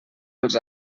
els